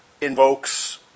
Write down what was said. invokes